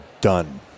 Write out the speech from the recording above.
done